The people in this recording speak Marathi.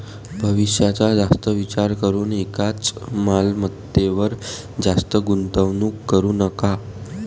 भविष्याचा जास्त विचार करून एकाच मालमत्तेवर जास्त गुंतवणूक करू नका